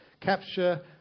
Capture